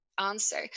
answer